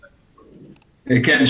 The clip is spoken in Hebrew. כן.